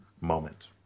moment